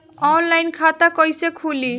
Online खाता कईसे खुलि?